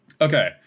Okay